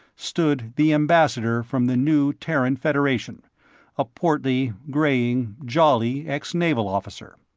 stood the ambassador from the new terran federation a portly, graying, jolly ex-naval officer.